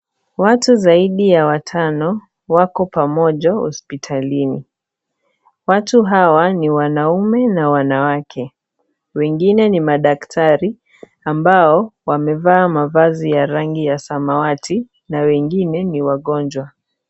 Watu zaidi ya watano wako pamoja hospitalini. Watu hawa ni wanaume na wanawake. Wengine ni madaktari ambao wamevaa mavazi ya rangi ya samawati na wengine ni wagonjwa.